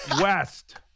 west